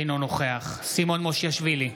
אינו נוכח סימון מושיאשוילי,